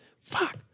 fuck